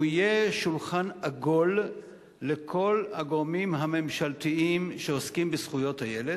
שהוא יהיה שולחן עגול לכל הגורמים הממשלתיים העוסקים בזכויות הילד.